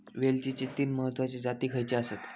वेलचीचे तीन महत्वाचे जाती खयचे आसत?